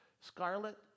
scarlet